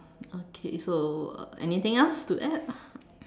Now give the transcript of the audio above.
okay so uh anything else to add